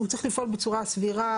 הוא צריך לפעול בצורה סבירה,